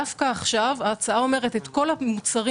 אנחנו חושבים שיש מקום לכל המוצרים